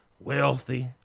wealthy